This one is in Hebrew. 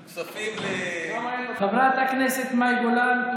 כספים, חברת הכנסת מאי גולן,